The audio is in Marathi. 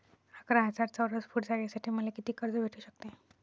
अकरा हजार चौरस फुट जागेसाठी मले कितीक कर्ज भेटू शकते?